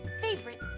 favorite